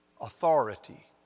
authority